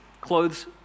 Clothes